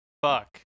fuck